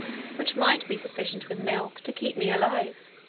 which might be sufficient, with milk, to keep me alive,